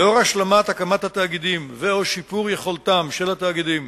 לאחר השלמת הקמת התאגידים או שיפור יכולתם של התאגידים